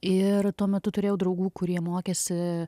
ir tuo metu turėjau draugų kurie mokėsi